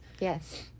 Yes